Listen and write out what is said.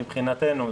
מבחינתנו,